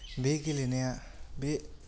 बे गेलेनाया बे